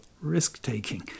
risk-taking